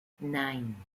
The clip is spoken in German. nein